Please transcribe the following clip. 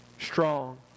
strong